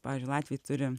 pavyzdžiui latviai turi